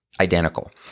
identical